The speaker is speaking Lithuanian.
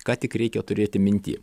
ką tik reikia turėti minty